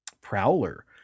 prowler